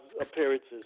appearances